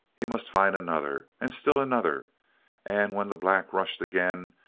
he must find another, and still another and when the black rushed again,